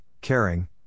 caring